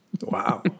Wow